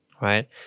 right